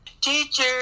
Teacher